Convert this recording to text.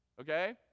okay